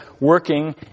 working